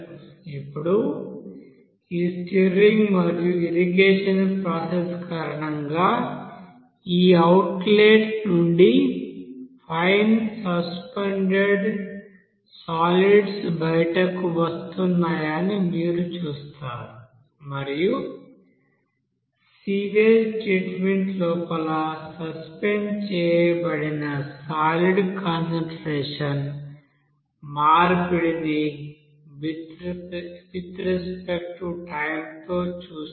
ఇప్పుడు ఈ స్టైర్రింగ్ మరియు ఇరిగేషన్ ప్రాసెస్ కారణంగా ఈ అవుట్లెట్ నుండి ఫైన్ సస్పెండెడ్ సాలీడ్స్ బయటకు వస్తున్నాయని మీరు చూస్తారు మరియు సివెజ్ ట్రీట్మెంట్ లోపల సస్పెండ్ చేయబడిన సాలిడ్ కాన్సంట్రేషన్ మార్పిడిని విత్ రెస్పెక్ట్ టు టైం తో చూస్తారు